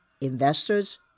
investors